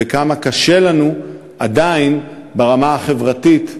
וכמה קשה לנו עדיין ברמה החברתית.